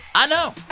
i know